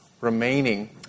remaining